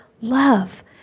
love